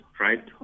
right